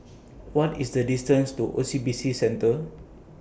What IS The distance to O C B C Centre